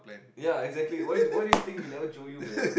ya exactly why why do you think we never jio you man